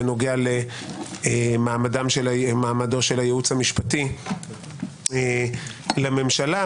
בנוגע למעמדו של הייעוץ המשפטי לממשלה,